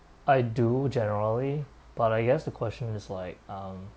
I do generally but I guess the question is like um